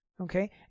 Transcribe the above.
Okay